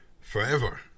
forever